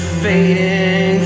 fading